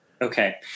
Okay